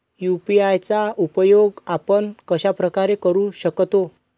UPI चा उपयोग आपण कशाप्रकारे करु शकतो?